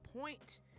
point